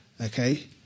Okay